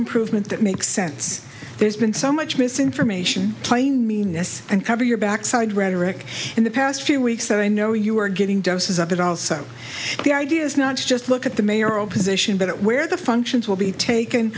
improvement that makes sense there's been so much misinformation plain meanness and cover your backside rhetoric in the past few weeks that i know you are getting doses of it all so the idea is not to just look at the mayoral position but it where the functions will be taken